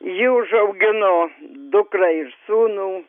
ji užaugino dukrą ir sūnų